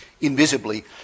invisibly